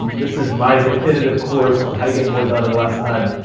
um this is my definitive course on how to get more done in less time.